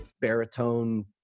baritone